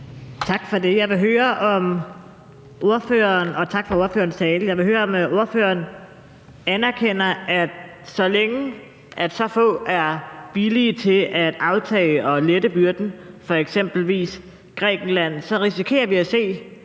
tale. Jeg vil høre, om ordføreren anerkender, at så længe så få er villige til at aftage og lette byrden for eksempelvis Grækenland, risikerer vi at se